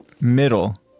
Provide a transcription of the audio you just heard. middle